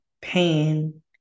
pain